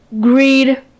Greed